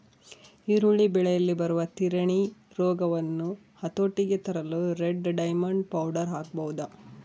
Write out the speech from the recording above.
ಈರುಳ್ಳಿ ಬೆಳೆಯಲ್ಲಿ ಬರುವ ತಿರಣಿ ರೋಗವನ್ನು ಹತೋಟಿಗೆ ತರಲು ರೆಡ್ ಡೈಮಂಡ್ ಪೌಡರ್ ಹಾಕಬಹುದೇ?